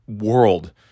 world